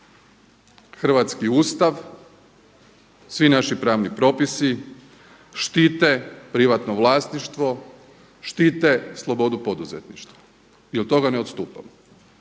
hrvatski Ustav, svi naši pravni propisi štite privatno vlasništvo, štite slobodu poduzetništva i od toga ne odstupamo.